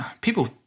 people